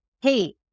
Hey